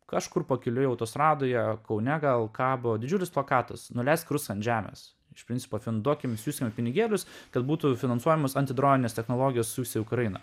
kažkur pakeliui autostradoje kaune gal kabo didžiulis plakatas nuleisk rusą ant žemės iš principo ten duokim siųsime pinigėlius kad būtų finansuojamos antidroninės technologijas siųsti į ukrainą